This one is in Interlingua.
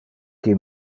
qui